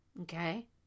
okay